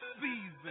season